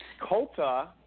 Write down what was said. Colta